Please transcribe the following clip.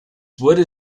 wurde